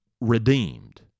redeemed